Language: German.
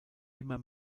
immer